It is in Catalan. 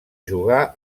jugar